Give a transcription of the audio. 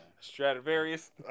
Stradivarius